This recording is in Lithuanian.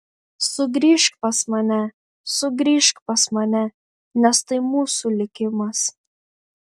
sugrįžk pas mane sugrįžk pas mane nes tai mūsų likimas